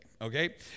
okay